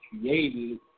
created